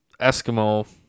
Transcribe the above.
Eskimo